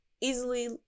easily